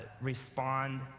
respond